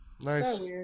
Nice